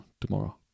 tomorrow